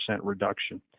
reduction